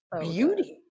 beauty